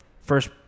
first